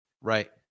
right